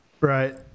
right